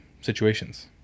situations